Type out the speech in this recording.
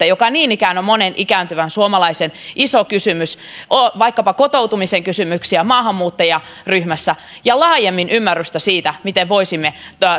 joka niin ikään on monen ikääntyvän suomalaisen iso kysymys ja vaikkapa kotoutumisen kysymyksiä maahanmuuttajaryhmässä ja laajemmin ymmärrystä siitä miten voisimme